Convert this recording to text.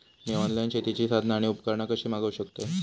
मी online शेतीची साधना आणि उपकरणा कशी मागव शकतय?